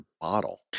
bottle